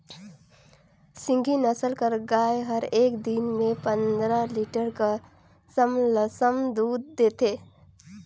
सिंघी नसल कर गाय हर एक दिन में पंदरा लीटर कर लमसम दूद देथे